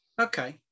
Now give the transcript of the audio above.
Okay